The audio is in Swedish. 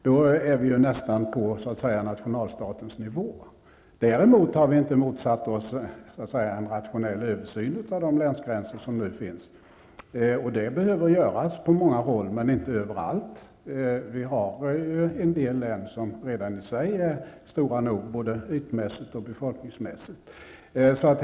Då är vi nästan på nationalstatens nivå. Däremot har vi inte motsatt oss en rationell översyn av de länsgränser som nu finns. Det behöver göras på många håll, men inte överallt. Vi har en del län som redan i sig är stora nog, både ytmässigt och befolkningsmässigt.